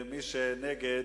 מי נגד?